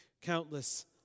countless